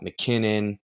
McKinnon